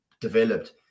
developed